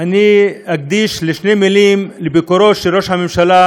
אני אקדיש שתי מילים לביקורו של ראש הממשלה